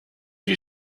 you